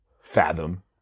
fathom